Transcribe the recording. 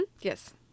Yes